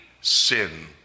sin